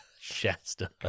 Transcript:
shasta